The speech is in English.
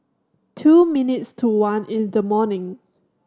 two minutes to one in the morning